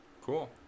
Cool